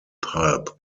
pulp